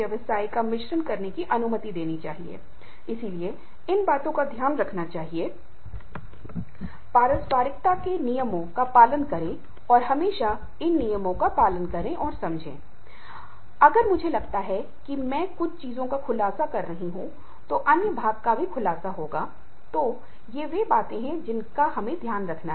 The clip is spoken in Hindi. नौकरी पर रहकर आप संगठनों में काम कर सकते हैं परिवार के लिए समय निकाल सकते हैं समुदाय के लिए स्वयंसेवक नौकरी कर सकते हैं और फुर्सत के साथ साथ आपका निजी जीवन भी हो सकता है